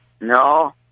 no